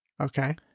Okay